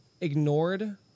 ignored